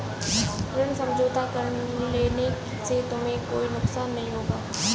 ऋण समझौता कर लेने से तुम्हें कोई नुकसान नहीं होगा